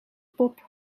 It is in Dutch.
pop